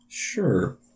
Sure